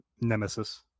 nemesis